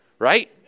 right